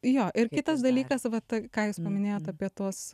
jo ir kitas dalykas vat ką jūs paminėjot apie tuos